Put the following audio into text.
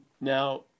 Now